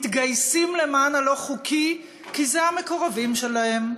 מתגייסים למען הלא-חוקי, כי זה המקורבים שלהם.